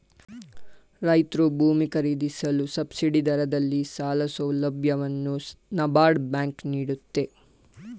ರೈತ್ರು ಭೂಮಿ ಖರೀದಿಸಲು ಸಬ್ಸಿಡಿ ದರದಲ್ಲಿ ಸಾಲ ಸೌಲಭ್ಯವನ್ನು ನಬಾರ್ಡ್ ಬ್ಯಾಂಕ್ ನೀಡುತ್ತೆ